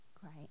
Great